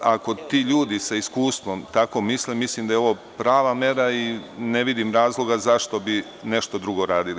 Ako ti ljudi sa iskustvom tako misle, mislim da je ovo prava mera i ne vidim razloga zašto bi nešto drugo radili.